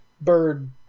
bird